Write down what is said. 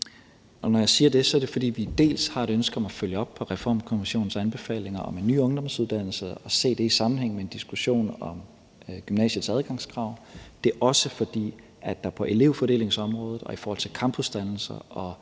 Når jeg siger det, er det, dels fordi vi har et ønske om at følge op på Reformkommissionens anbefalinger om en ny ungdomsuddannelse og se det i sammenhæng med en diskussion om gymnasiets adgangskrav, dels fordi der på elevfordelingsområdet og i forhold til campusdannelser